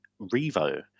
Revo